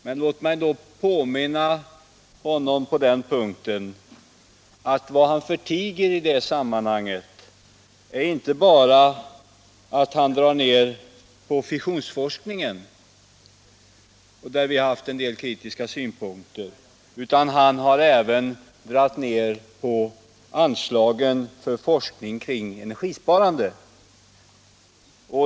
Jag vill på den punkten påminna honom om att vad han i det sammanhanget förtiger är att han drar ned inte bara på anslagen till fissionsforskning, på vilken vi har haft en del kritiska synpunkter, utan också på anslagen = Nr 107 till forskning kring energisparande.